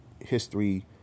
history